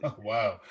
wow